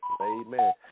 amen